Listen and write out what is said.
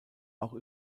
auch